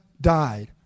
died